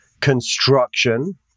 construction